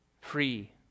free